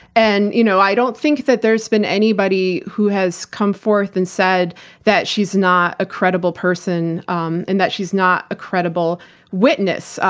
and you know i don't think that there's been anybody who has come forth and said that she's not a credible person, um and that she's not a credible witness.